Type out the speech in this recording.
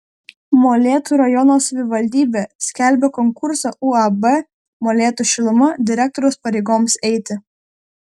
molėtų rajono savivaldybė skelbia konkursą uab molėtų šiluma direktoriaus pareigoms eiti